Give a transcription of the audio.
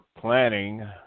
planning